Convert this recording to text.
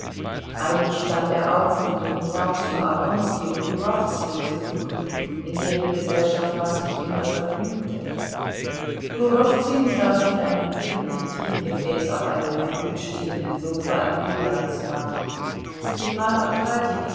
eilig stand er auf und ging hinaus um oblonski und turowzün zu suchen in deren gesellschaft man sich immer vergnügte turowzün saß mit einem tönernen trinkgefäß auf einem erhöht stehenden sofa im billardzimmer stepan